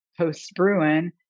post-Bruin